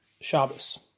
Shabbos